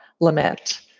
lament